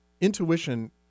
intuition